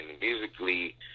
musically